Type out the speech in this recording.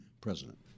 president